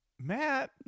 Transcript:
matt